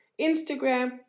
Instagram